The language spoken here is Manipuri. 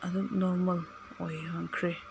ꯑꯗꯨꯝ ꯅꯣꯔꯃꯦꯜ ꯑꯣꯏꯍꯟꯈ꯭ꯔꯦ